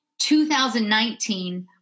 2019